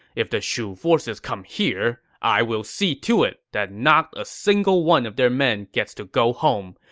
if the shu forces come here, i will see to it that not a single one of their men gets to go home.